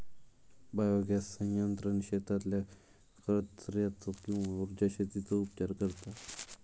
biogas संयंत्र शेतातल्या कचर्याचो किंवा उर्जा शेतीचो उपचार करता